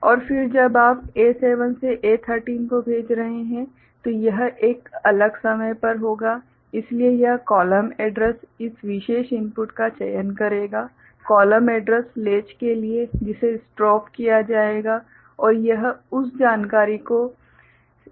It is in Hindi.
और फिर जब आप A7 से A13 को भेज रहे हैं तो यह एक अलग समय पर होगा इसलिए यह कॉलम एड्रैस इस विशेष इनपुट का चयन करेगा कॉलम एड्रैस लेच के लिए जिसे स्ट्रोब किया जाएगा और यह उस जानकारी को संग्रहीत करेगा